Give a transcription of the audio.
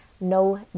No